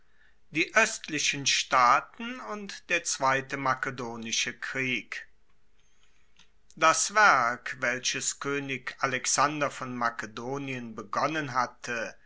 die oestlichen staaten und der zweite makedonische krieg das werk welches koenig alexander von makedonien begonnen hatte